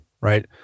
right